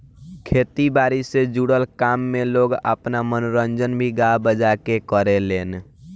खेती बारी से जुड़ल काम में लोग आपन मनोरंजन भी गा बजा के करेलेन